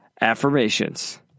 affirmations